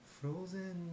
frozen